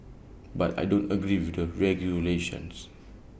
but I don't agree with the regulations